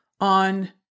on